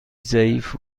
ضعیف